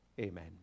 Amen